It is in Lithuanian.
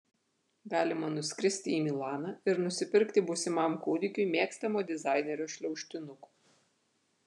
galima nuskristi į milaną ir nusipirkti būsimam kūdikiui mėgstamo dizainerio šliaužtinukų